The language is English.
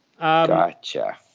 gotcha